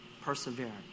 perseverance